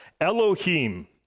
Elohim